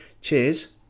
cheers